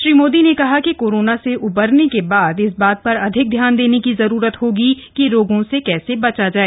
श्री मोदी ने कहा कि कोरोना से उबरने के बाद इस बात पर अधिक ध्यान देने की ज़रूरत होगी कि रोगों से कैसे बचा जाए